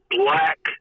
black